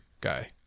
guy